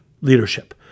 leadership